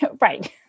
Right